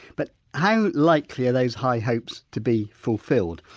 but how likely are those high hopes to be fulfilled?